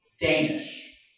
Danish